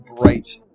bright